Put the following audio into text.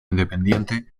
independiente